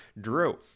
Drew